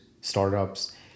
startups